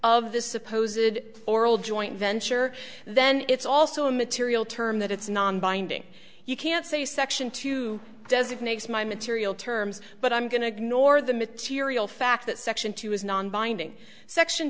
of this supposedly oral joint venture then it's also immaterial term that it's non binding you can't say section two designates my material terms but i'm going to ignore the material fact that section two is non binding section